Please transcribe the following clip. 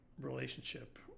relationship